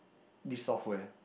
the software